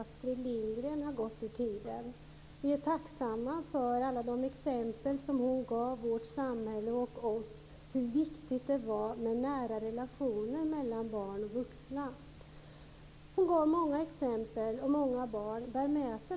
Astrid Lindgren har gått ur tiden. Vi är tacksamma för alla de exempel som hon gav vårt samhälle och oss på hur viktigt det är med nära relationer mellan barn och vuxna. Hon gav många sådana exempel som många barn bär med sig.